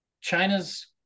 China's